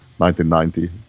1990